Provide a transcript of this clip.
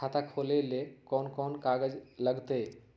खाता खोले ले कौन कौन कागज लगतै?